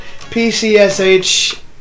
PCSH